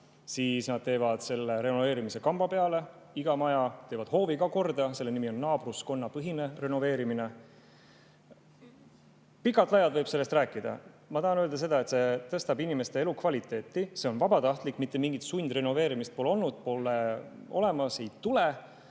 siis nad teevad selle renoveerimise kamba peale, iga maja, teevad hoovi ka korda. Selle nimi on naabruskonnapõhine renoveerimine. Pikalt-laialt võib sellest rääkida. Ma tahan öelda seda, et see tõstab inimeste elukvaliteeti. See on vabatahtlik. Mitte mingit sundrenoveerimist pole olnud, pole olemas ega tule.